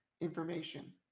information